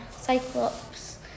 Cyclops